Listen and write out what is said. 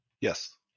Yes